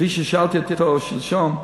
כפי ששאלתי אותו שלשום,